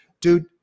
dude